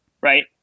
right